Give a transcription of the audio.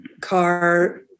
car